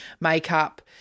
makeup